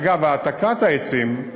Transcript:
אגב, העתקת העצים,